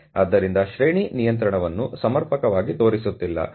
ಆದ್ದರಿಂದ ಶ್ರೇಣಿ ನಿಯಂತ್ರಣವನ್ನು ಸಮರ್ಪಕವಾಗಿ ತೋರಿಸುತ್ತಿಲ್ಲ